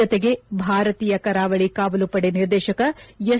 ಜತೆಗೆ ಭಾರತೀಯ ಕರಾವಳಿ ಕಾವಲು ಪದೆ ನಿರ್ದೇಶಕ ಎಸ್